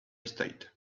state